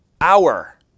hour